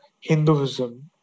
Hinduism